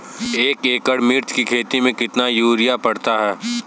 एक एकड़ मिर्च की खेती में कितना यूरिया पड़ता है?